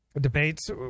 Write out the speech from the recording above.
debates